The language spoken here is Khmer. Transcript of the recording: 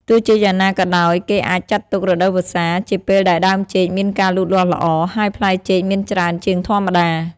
ទោះជាយ៉ាងណាក៏ដោយ គេអាចចាត់ទុក រដូវវស្សា ជាពេលដែលដើមចេកមានការលូតលាស់ល្អ ហើយផ្លែចេកមានច្រើនជាងធម្មតា។